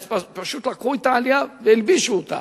פשוט לקחו את העלייה והלבישו אותה,